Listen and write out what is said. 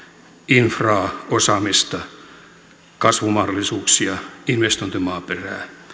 infraa osaamista kasvumahdollisuuksia investointimaaperää